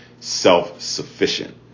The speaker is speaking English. Self-sufficient